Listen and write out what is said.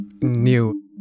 new